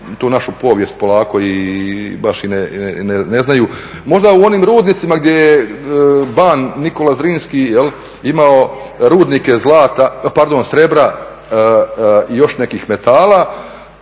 tu našu povijest i baš i ne znaju, možda u onim rudnicima gdje ban Nikola Zrinski imao rudnike zlata, pardon, srebra i još nekih metala